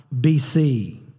BC